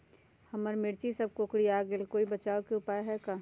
हमर मिर्ची सब कोकररिया गेल कोई बचाव के उपाय है का?